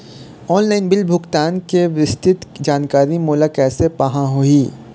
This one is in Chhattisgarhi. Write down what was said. ऑनलाइन बिल भुगतान के विस्तृत जानकारी मोला कैसे पाहां होही?